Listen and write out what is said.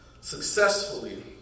successfully